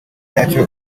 nyacyo